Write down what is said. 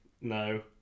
No